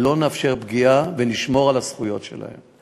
ולא נאפשר פגיעה ונשמור על הזכויות שלהם.